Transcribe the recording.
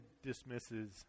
dismisses